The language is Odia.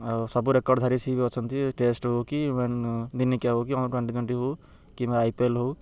ଆଉ ସବୁ ରେକର୍ଡ଼ଧାରି ସିଏ ବି ଅଛନ୍ତି ଟେଷ୍ଟ ହଉ କି ଦିନିକା ହଉ କି ଟ୍ୱଣ୍ଟି ଟ୍ୱଣ୍ଟି ହଉ କିମ୍ବା ଆଇ ପି ଏଲ ହଉ